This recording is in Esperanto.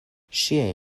ŝiaj